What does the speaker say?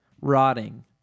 rotting